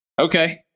okay